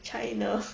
china